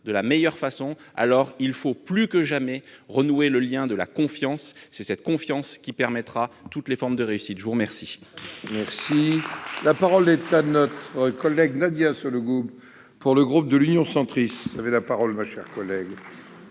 de la meilleure façon, il importe plus que jamais de renouer le lien de la confiance. C'est cette confiance qui permettra toutes les formes de réussite ! La parole